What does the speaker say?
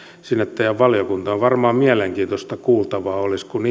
sinne teidän valiokuntaanne varmaan mielenkiintoista kuultavaa olisi kun